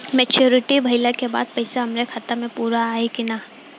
Maturity भईला के बाद पईसा हमरे खाता म पूरा आई न?